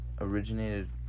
originated